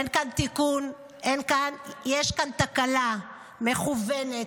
אין כאן תיקון, יש כאן תקלה מכוונת.